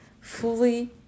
fully